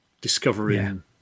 discovering